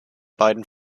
beiden